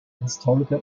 historical